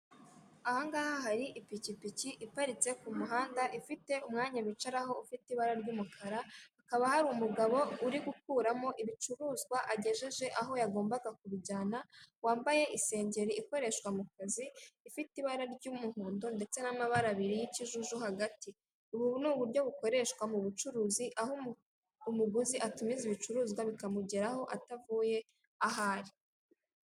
Ahangaha hari ipikipiki iparitse ku muhanda ifite umwanya wicaraho ufite ibara ry'umukara, hakaba hari umugabo uri gukuramo ibicuruzwa agejeje aho yagombaga kubijyana wambaye isengero ikoreshwa mu kazi ifite ibara ry'umuhondo ndetse n'amabara abiri y'ikijuju hagati, ubu ni uburyo bukoreshwa mu bucuruzi aho umuguzi atumiza ibicuruzwa bikamugeraho atavuye ahari.